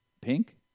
pink